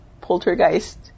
poltergeist